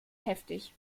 heftig